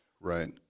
Right